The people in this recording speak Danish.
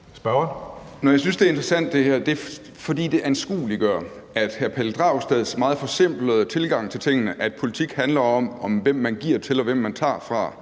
Når jeg synes, det er interessant, er det, fordi det anskueliggør hr. Pelle Dragsteds meget forsimplede tilgang til tingene, nemlig at politik handler om, hvem man giver til, og hvem man tager fra,